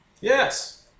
Yes